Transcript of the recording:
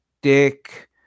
Dick